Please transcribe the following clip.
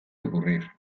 ocurrir